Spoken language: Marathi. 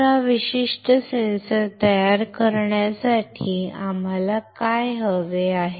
तर हा विशिष्ट सेन्सर तयार करण्यासाठी आम्हाला काय हवे आहे